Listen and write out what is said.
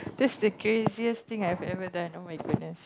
that's the craziest thing I've ever done oh-my-goodness